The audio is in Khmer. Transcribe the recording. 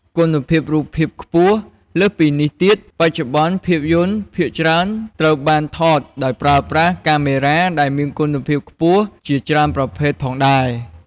គុណភាពរូបភាពខ្ពស់ លើសពីនេះទៀត បច្ចុប្បន្នភាពយន្តភាគច្រើនត្រូវបានថតដោយប្រើប្រាស់កាមេរ៉ាដែលមានគុណភាពខ្ពស់ជាច្រើនប្រភេទផងដែរ ។